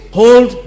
hold